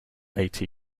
eighty